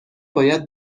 باید